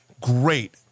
Great